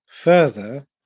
further